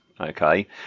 Okay